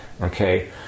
Okay